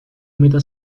metà